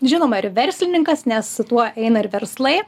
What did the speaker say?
žinoma ir verslininkas nes su tuo eina ir verslai